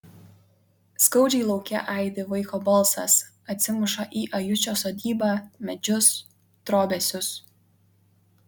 skaudžiai lauke aidi vaiko balsas atsimuša į ajučio sodybą medžius trobesius